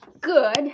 good